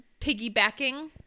piggybacking